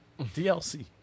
DLC